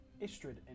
Istrid